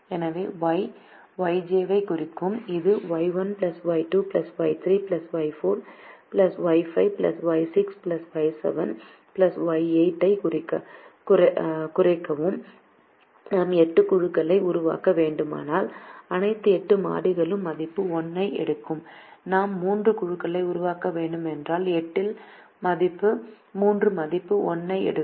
எனவே YYj ஐக் குறைக்கவும் இது Y1 Y2 Y3 Y4 Y5 Y6 Y7 Y8 ஐக் குறைக்கவும் நாம் 8 குழுக்களை உருவாக்க வேண்டுமானால் அனைத்து 8 மாறிகளும் மதிப்பு 1 ஐ எடுக்கும் நாம் 3 குழுக்களை உருவாக்க வேண்டும் என்றால் 8 இல் 3 மதிப்பு 1 ஐ எடுக்கும்